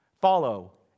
Follow